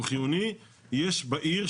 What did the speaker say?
יש בעיר,